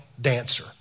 dancer